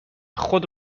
خود